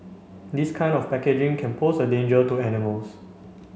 this kind of packaging can pose a danger to animals